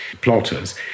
plotters